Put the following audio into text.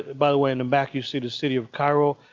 by the way, in the back, you see the city of cairo.